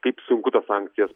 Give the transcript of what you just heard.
kaip sunku tas sankcijas